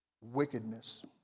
wickedness